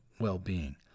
well-being